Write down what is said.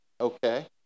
okay